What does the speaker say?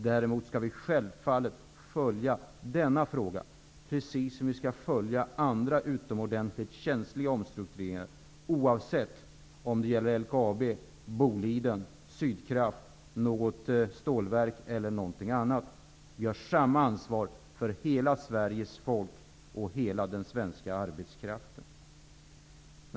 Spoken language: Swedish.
Däremot skall vi självfallet följa denna fråga, precis som vi skall följa andra utomordentligt känsliga omstruktureringar, oavsett om det gäller LKAB, Boliden, Sydkraft, något stålverk e.d. Vi har samma ansvar för hela Sveriges folk och för hela den svenska arbetskraften.